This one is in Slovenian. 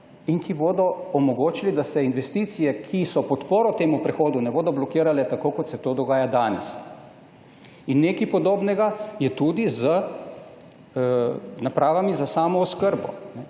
in ki bodo omogočili, da se investicije, ki so v podporo temu prehodu, ne bodo blokirale, tako kot se to dogaja danes. Nekaj podobnega je tudi z napravami za samooskrbo.